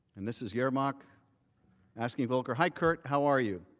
and this is yermak asking volker hi kurt, how are you?